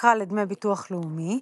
התקרה לדמי ביטוח לאומי,